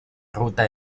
ruta